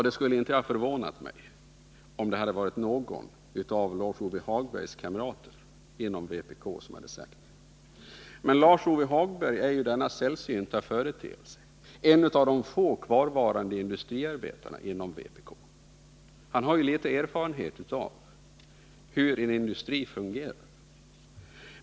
Det skulle inte ha förvånat mig om det hade varit någon av Lars-Ove Hagbergs kamrater inom vpk som hade sagt det, men Lars-Ove Hagberg är ju denna sällsynta företeelse att han är en av de få kvarvarande industriarbetarna inom vpk. Han har ju erfarenhet av hur en industri fungerar.